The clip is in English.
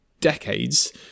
decades